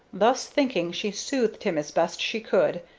thus thinking, she soothed him as best she could,